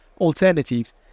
alternatives